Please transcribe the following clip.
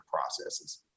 processes